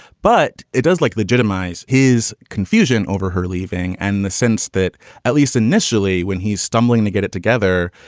but it does like legitimize his confusion over her leaving and the sense that at least initially when he's stumbling to get it together.